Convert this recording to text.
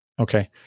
Okay